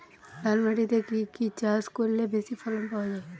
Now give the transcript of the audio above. লাল মাটিতে কি কি চাষ করলে বেশি ফলন পাওয়া যায়?